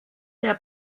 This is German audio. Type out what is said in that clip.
der